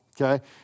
okay